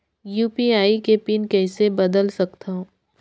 UPI के PIN कइसे बदल सकथव?